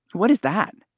what is that?